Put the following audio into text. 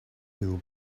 will